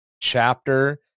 chapter